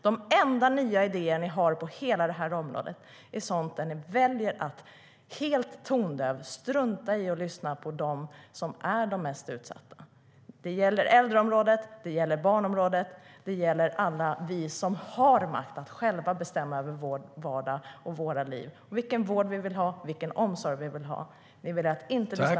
De enda nya idéer ni har på hela det här området gäller sådant där ni väljer att helt tondövt strunta i att lyssna på dem som är de mest utsatta. Det gäller äldreområdet och barnområdet. Det gäller alla oss som har makt att själva bestämma över vår vardag och våra liv, över vilken vård vi vill ha och vilken omsorg vi vill ha. Ni väljer att inte lyssna.